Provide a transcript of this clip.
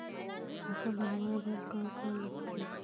खाता बनवाय बर का का लगथे?